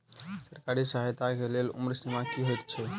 सरकारी सहायता केँ लेल उम्र सीमा की हएत छई?